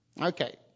Okay